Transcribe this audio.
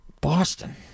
Boston